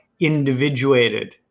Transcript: individuated